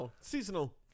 seasonal